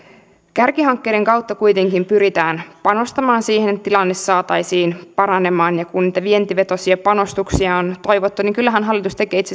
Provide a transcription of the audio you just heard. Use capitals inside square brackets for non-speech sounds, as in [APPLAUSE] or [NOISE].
kärkihankkeiden kautta kuitenkin pyritään panostamaan siihen että tilanne saataisiin paranemaan ja kun niitä vientivetoisia panostuksia on toivottu niin kyllähän hallitus tekee itse [UNINTELLIGIBLE]